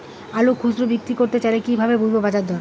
আলু খুচরো বিক্রি করতে চাই কিভাবে বুঝবো বাজার দর?